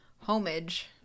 homage